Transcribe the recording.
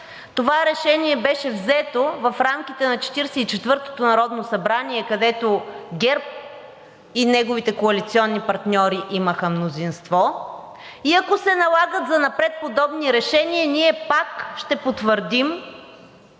Това решение беше взето в рамките на Четиридесет и четвъртото народно събрание, където ГЕРБ и неговите коалиционни партньори имаха мнозинство, и ако се налагат занапред подобни решения, ние пак ще потвърдим